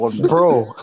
bro